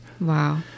Wow